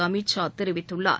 அமித் ஷா தெரிவித்துள்ளார்